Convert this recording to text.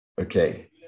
Okay